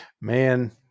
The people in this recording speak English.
Man